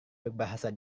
berbahasa